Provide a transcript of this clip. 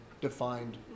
defined